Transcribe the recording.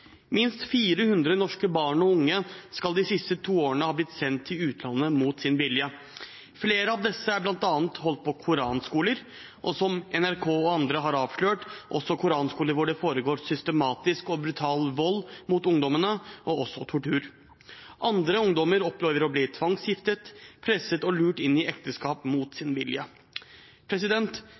Minst 400 norske barn og unge skal de to siste årene ha blitt sendt til utlandet mot sin vilje. Flere av disse er bl.a. holdt på koranskoler, og som NRK og andre har avslørt, også koranskoler hvor det foregår systematisk og brutal vold mot ungdommene, og også tortur. Andre ungdommer opplever å bli tvangsgiftet, presset og lurt inn i ekteskap mot sin vilje.